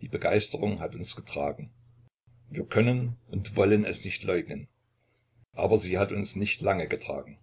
die begeisterung hat uns getragen wir können und wollen es nicht leugnen aber sie hat uns nicht lange getragen